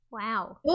Wow